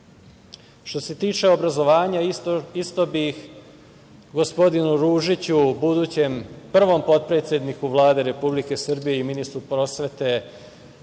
se tiče obrazovanja, isto bih gospodinu Ružiću, budućem prvom potpredsedniku Vlade Republike Srbije i ministru prosvete,